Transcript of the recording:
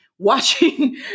watching